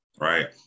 right